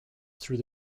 through